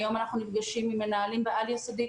היום אנחנו נפגשים עם מנהלים בעל יסודי,